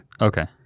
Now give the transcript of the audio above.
Okay